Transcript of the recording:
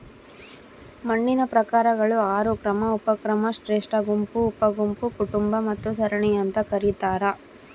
ಮಣ್ಣಿನ ಪ್ರಕಾರಗಳು ಆರು ಕ್ರಮ ಉಪಕ್ರಮ ಶ್ರೇಷ್ಠಗುಂಪು ಉಪಗುಂಪು ಕುಟುಂಬ ಮತ್ತು ಸರಣಿ ಅಂತ ಕರೀತಾರ